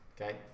okay